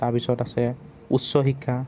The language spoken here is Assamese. তাৰপিছত আছে উচ্চ শিক্ষা